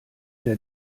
der